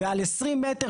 ועל 20 מ"ר,